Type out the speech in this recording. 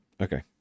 Okay